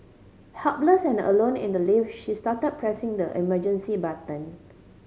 helpless and alone in the lift she start pressing the emergency button